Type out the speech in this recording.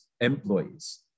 employees